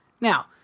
Now